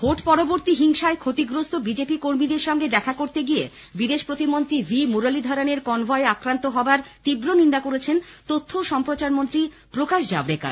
vote পরবর্তী হিংসায় ক্ষতিগ্রস্ত বিজেপি কর্মীদের সঙ্গে দেখা করতে গিয়ে বিদেশ প্রতিমন্ত্রী ভি মুরলীধরনের কনভয় আক্রান্ত হওয়ার তীব্র নিন্দা করেছেন তথ্য ও সম্প্রচার মন্ত্রী প্রকাশ জাভরেকর